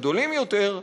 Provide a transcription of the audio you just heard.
גדולים יותר,